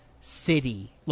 city